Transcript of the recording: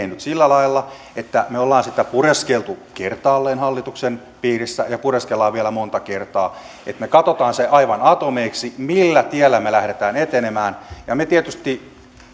nyt sillä lailla että me olemme sitä pureskelleet kertaalleen hallituksen piirissä ja pureskelemme vielä monta kertaa että me katsomme sen aivan atomeiksi millä tiellä me lähdemme etenemään meille tietysti